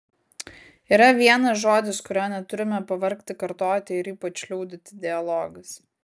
yra vienas žodis kurio neturime pavargti kartoti ir ypač liudyti dialogas